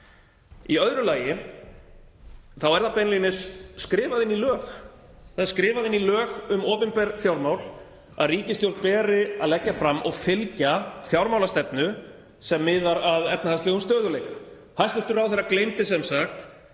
Í öðru lagi er það beinlínis skrifað inn í lög, það er skrifað inn í lög um opinber fjármál að ríkisstjórn beri að leggja fram og fylgja fjármálastefnu sem miðar að efnahagslegum stöðugleika. Hæstv. ráðherra gleymdi sem sagt